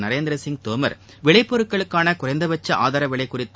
நரேந்திர சிங் தோமர் விளை பொருள்களுக்கான குறைந்தபட்ச ஆதார விலை குறித்த